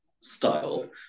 style